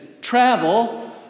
travel